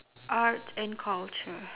art and culture